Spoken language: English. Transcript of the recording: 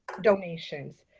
donations,